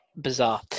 bizarre